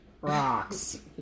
rocks